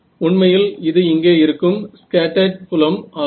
உண்மையில் இது இங்கே இருக்கும் ஸ்கேட்டர்ட் புலம் ஆகும்